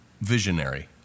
visionary